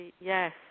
Yes